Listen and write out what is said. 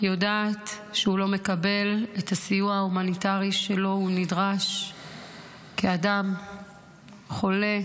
יודעת שהוא לא מקבל את הסיוע ההומניטרי שלו הוא נדרש כאדם חולה,